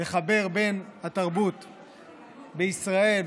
לחבר בין התרבות בישראל,